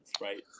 Right